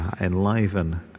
enliven